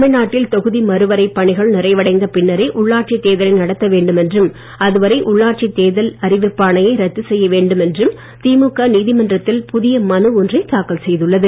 தமிழ்நாட்டில் தொகுதி மறுவரை பணிகள் நிறைவடைந்த பின்னரே உள்ளாட்சி தேர்தலை நடத்த வேண்டும் என்றும் அதுவரை உள்ளாட்சி தேர்தல் அறிவிப்பாணையை ரத்து செய்ய வேண்டும் என்றும் திமுக நீதிமன்றத்தில் புதிய மனு ஒன்றை தாக்கல் செய்துள்ளது